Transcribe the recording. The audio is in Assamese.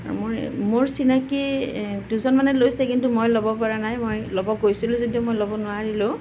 মোৰ মোৰ চিনাকী দুজন মানে লৈছে কিন্তু মই ল'ব পৰা নাই মই ল'ব গৈছিলোঁ যদিও মই ল'ব নোৱাৰিলোঁ